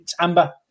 amber